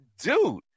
dude